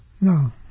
No